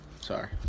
Sorry